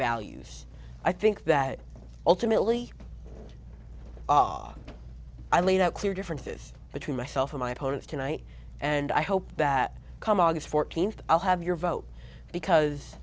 values i think that ultimately ah i laid out clear differences between myself and my opponents tonight and i hope that come august fourteenth i'll have your vote because